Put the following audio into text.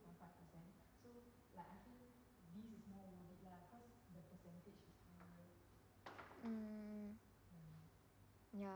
mm ya